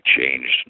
changed